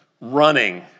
running